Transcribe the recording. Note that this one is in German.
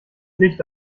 licht